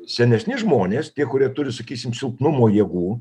senesni žmonės tie kurie turi sakysim silpnumo jėgų